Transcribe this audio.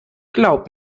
glaub